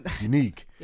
unique